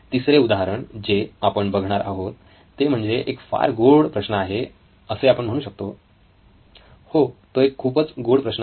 तिसरे उदाहरण जे आपण बघणार आहोत ते म्हणजे एक फार गोड प्रश्न आहे असे आपण म्हणू शकतो हो तो एक खूपच गोड प्रश्न आहे